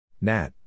Nat